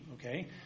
okay